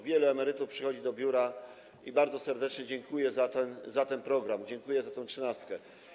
Wielu emerytów przychodzi do biura i bardzo serdecznie dziękuje za ten program, dziękuje za tę trzynastkę.